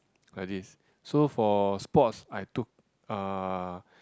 like this so for sports I took uh